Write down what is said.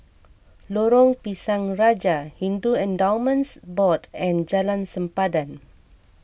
Lorong Pisang Raja Hindu Endowments Board and Jalan Sempadan